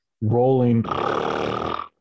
rolling